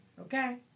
okay